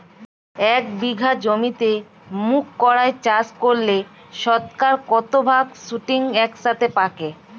এক বিঘা জমিতে মুঘ কলাই চাষ করলে শতকরা কত ভাগ শুটিং একসাথে পাকে?